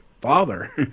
father